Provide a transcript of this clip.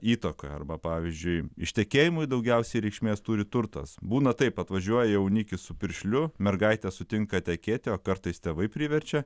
įtakoj arba pavyzdžiui ištekėjimui daugiausiai reikšmės turi turtas būna taip atvažiuoja jaunikis su piršliu mergaitė sutinka tekėti o kartais tėvai priverčia